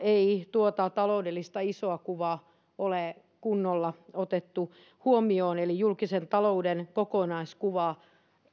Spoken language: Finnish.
ei tuota taloudellista isoa kuvaa ole kunnolla otettu huomioon eli julkisen talouden kokonaiskuvaa